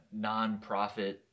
nonprofit